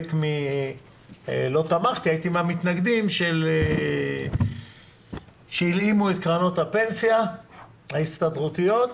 חלק מהמתנגדים שהלאימו את קרנות הפנסיה ההסתדרותיות.